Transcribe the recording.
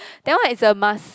that one is a must